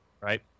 Right